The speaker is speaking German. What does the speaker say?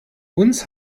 uns